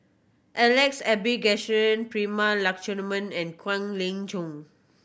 Alex Abisheganaden Prema Letchumanan and Kwek Leng Joo